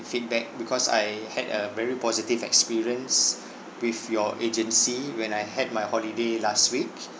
feedback because I had a very positive experience with your agency when I had my holiday last week